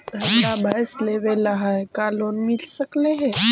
हमरा भैस लेबे ल है का लोन मिल सकले हे?